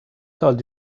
told